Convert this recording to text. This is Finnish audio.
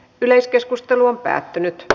yleiskeskustelua ei syntynyt